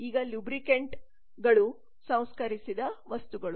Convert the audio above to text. ಈಗ ಲೂಬ್ರಿಕಂಟ್ಗಳು ಸಂಸ್ಕರಿಸಿದ ವಸ್ತುಗಳು